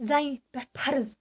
زنہِ پٮ۪ٹھ فرض